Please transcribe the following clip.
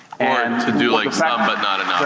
and to do like some, but not